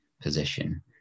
position